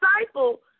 disciple